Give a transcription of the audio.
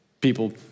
people